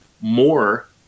more